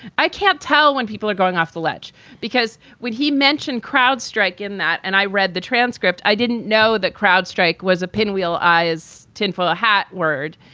i can't tell when people are going off the ledge because when he mentioned crowds strike in that and i read the transcript. i didn't know that crowd strike was a pinwheel eyes tinfoil, a hat word.